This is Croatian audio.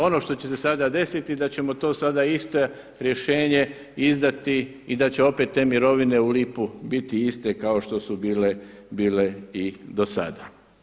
Ono što će se sada desiti da ćemo to sada isto rješenje izdati i da će opet te mirovine u lipu biti iste kao što su bile i do sada.